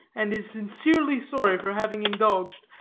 and is sincerely sorry for having indulged,